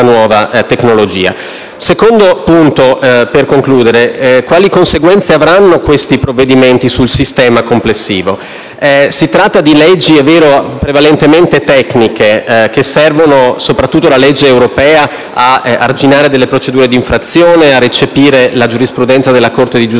secondo punto (quali conseguenze avranno cioè questi provvedimenti sul sistema complessivo), si tratta di leggi prevalentemente tecniche che servono, soprattutto la legge europea, ad arginare delle procedure di infrazione e a recepire la giurisprudenza della Corte di giustizia